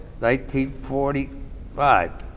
1945